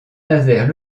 nazaire